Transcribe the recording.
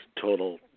total